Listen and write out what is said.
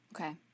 Okay